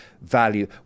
value